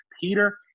Peter